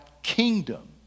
kingdom